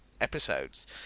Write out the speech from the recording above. episodes